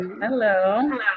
Hello